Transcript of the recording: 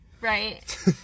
Right